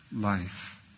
life